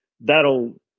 that'll